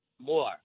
more